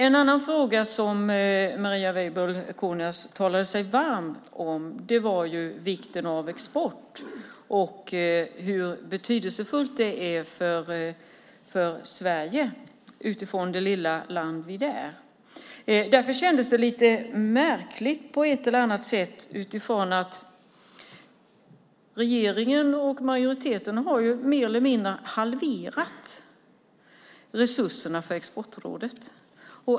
En annan fråga som Marie Weibull Kornias talade sig varm för var vikten av export och hur betydelsefull den är för Sverige utifrån att Sverige är ett så litet land. Därför kändes det lite märkligt på ett eller annat sätt. Regeringen och majoriteten har i stort sett halverat resurserna till Exportrådet.